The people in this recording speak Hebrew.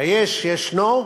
היש ישנו,